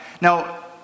Now